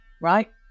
Right